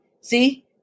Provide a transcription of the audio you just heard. See